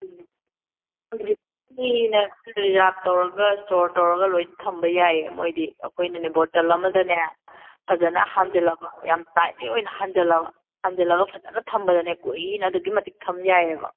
ꯎꯝ ꯀꯨꯏꯅ ꯄ꯭ꯔꯤꯖꯥꯞ ꯇꯧꯔꯒ ꯏꯁꯇꯣꯔ ꯇꯧꯔꯒ ꯂꯣꯏ ꯊꯝꯕ ꯌꯥꯏꯌꯦ ꯃꯣꯏꯗꯤ ꯑꯩꯈꯣꯏꯅꯅꯦ ꯕꯣꯇꯜ ꯑꯃꯗꯅꯦ ꯐꯖꯅ ꯍꯥꯟꯖꯜꯂꯕ ꯌꯥꯝ ꯇꯥꯏꯠꯂꯤ ꯑꯣꯏꯅ ꯍꯥꯟꯖꯜꯂꯕ ꯍꯥꯟꯖꯜꯂꯒ ꯐꯖꯅ ꯊꯝꯕꯗꯅꯦ ꯀꯨꯏꯅ ꯑꯗꯨꯒꯤ ꯃꯇꯤꯛ ꯊꯝ ꯌꯥꯏꯌꯦꯕ